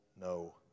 no